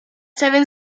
seven